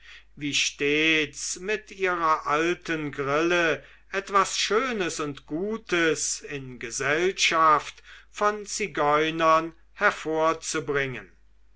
wie steht's mit ihrer alten grille etwas schönes und gutes in gesellschaft von zigeunern hervorzubringen